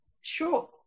sure